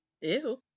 Ew